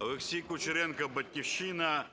Олексій Кучеренко, "Батьківщина".